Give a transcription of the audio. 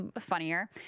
funnier